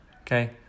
okay